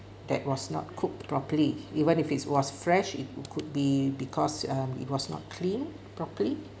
that was not cooked properly even if it was fresh it could could be because um it was not clean properly